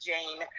Jane